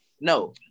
no